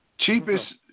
Cheapest